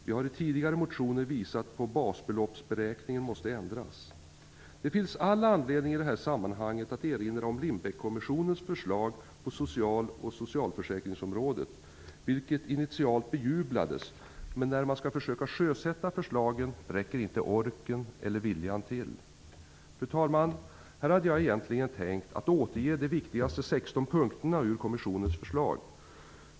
Vi har i tidigare motioner visat på att basbeloppsberäkningen måste ändras. Det finns all anledning att i det här sammanhanget erinra om Lindbeckkommissionens förslag på social och socialförsäkringsområdena, vilket initialt bejublades, men när man skall försöka sjösätta förslagen räcker inte orken eller viljan till. Fru talman! Här hade jag egentligen tänkt att återge de viktigaste 16 punkterna ur kommissionens förslag.